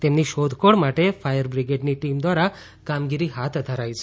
તેમની શોધખોળ માટે ફાયર બ્રિગેડની ટીમ દ્વારા કામગીરી હાથ ધરાઇ છે